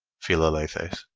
philalethes.